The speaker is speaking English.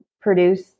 produce